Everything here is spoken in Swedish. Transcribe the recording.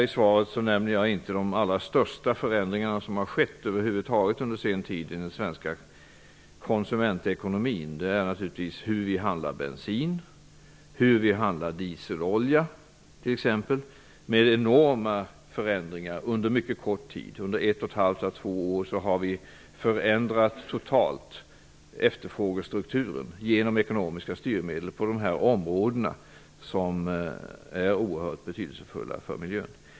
I svaret nämner jag inte de allra största förändringarna som över huvud taget har skett under senare tid inom den svenska konsumentekonomin, t.ex. hur man handlar bensin, hur man handlar dieselolja. Under ett och ett halvt à två år har efterfrågestrukturen förädrats totalt genom ekonomiska styrmedel på dessa områden, som är oerhört betydelsefulla för miljön.